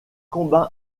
combat